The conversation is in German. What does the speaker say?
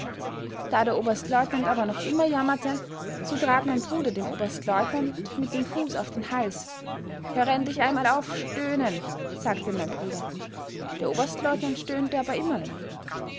da der oberstleutnant aber noch immer jammerte so trat mein bruder dem oberstleutnant mit dem fuß auf den hals höre endlich einmal auf stöhnen sagte mein bruder der oberstleutnant stöhnte aber immer noch